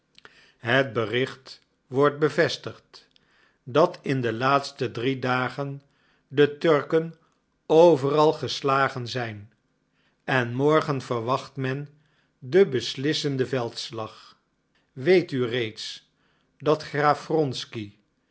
het bericht wordt bevestigd dat in de laatste drie dagen de turken overal geslagen zijn en morgen verwacht men den beslissenden veldslag weet u reeds dat graaf wronsky